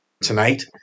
tonight